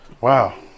Wow